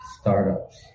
startups